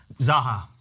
Zaha